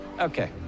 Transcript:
Okay